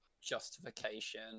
justification